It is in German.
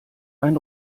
ein